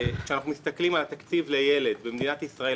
כשאנחנו מסתכלים על התקציב לילד לחינוך במדינת ישראל